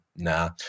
Nah